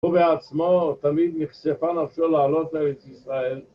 הוא בעצמו תמיד נכספה נפשו לעלות לארץ ישראל